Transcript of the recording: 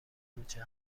کلوچه